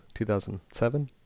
2007